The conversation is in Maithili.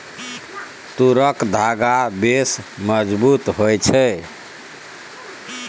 तूरक धागा बेस मजगुत होए छै